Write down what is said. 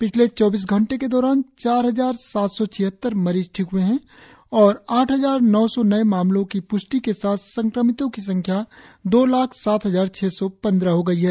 पिछले चौबीस घंटों के दौरान चार हजार सात सौ छिहत्तर मरीज ठीक हुए है और आठ हजार नौ सौ नौ नये मामलों की प्ष्टि के साथ संक्रमितों की संख्या दो लाख सात हजार छह सौ पंद्रह हो गई है